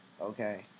Okay